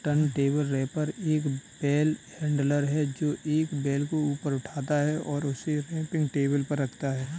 turntable wrapper एक bale handler है, जो एक बेल को ऊपर उठाता है और उसे रैपिंग टेबल पर रखता है